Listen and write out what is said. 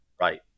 Right